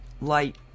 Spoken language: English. light